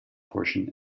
portion